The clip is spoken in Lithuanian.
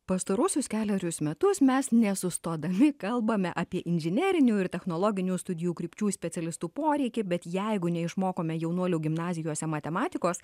pastaruosius kelerius metus mes nesustodami kalbame apie inžinerinių ir technologinių studijų krypčių specialistų poreikį bet jeigu neišmokome jaunuolių gimnazijose matematikos